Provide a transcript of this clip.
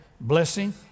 blessing